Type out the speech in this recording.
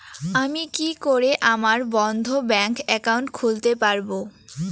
আমি কি করে আমার বন্ধ ব্যাংক একাউন্ট খুলতে পারবো?